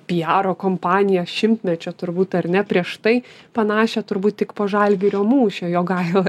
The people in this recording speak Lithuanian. pijaro kompanija šimtmečio turbūt ar ne prieš tai panašią turbūt tik po žalgirio mūšio jogaila